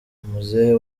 muzehe